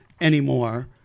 anymore